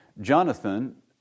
Jonathan